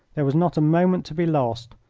there was not a moment to be lost.